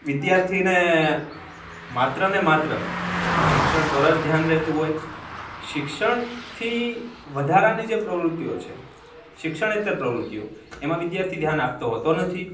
વિદ્યાર્થીને માત્ર ને માત્ર શિક્ષણ પર જ ધ્યાન રહેતું હોય શિક્ષણથી વધારાની જે પ્રવૃત્તિઓ છે શિક્ષણેત્તર પ્રવૃતિઓ એમાં વિદ્યાર્થી ધ્યાન આપતો હોતો નથી